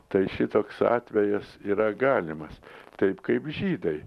tai šitoks atvejis yra galimas taip kaip žydai